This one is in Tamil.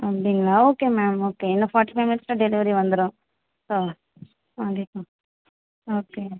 அப்படிங்களா ஓகே மேம் ஓகே இன்னும் ஃபாட்டி ஃபை மினிட்ஸில் டெலிவரி வந்துரும் ஆ ஆ மேம் ஓகே